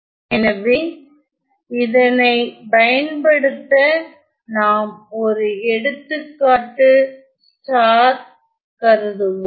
எனவே இதனை பயன்படுத்த நாம் ஒரு எடுத்துக்காட்டு ஸ்டார் கருதுவோம்